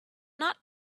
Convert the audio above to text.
not